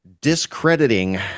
discrediting